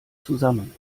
zusammen